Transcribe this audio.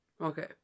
Okay